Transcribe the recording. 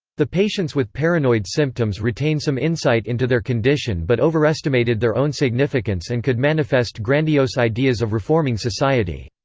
the patients with paranoid symptoms retained some insight into their condition but overestimated their own significance and could manifest grandiose ideas of reforming society.